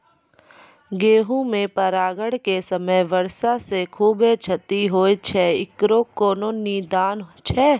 गेहूँ मे परागण के समय वर्षा से खुबे क्षति होय छैय इकरो कोनो निदान छै?